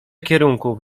kierunków